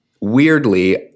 weirdly